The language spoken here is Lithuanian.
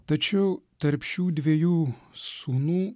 tačiau tarp šių dviejų sūnų